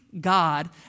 God